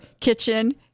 kitchen